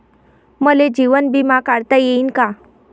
मले जीवन बिमा काढता येईन का?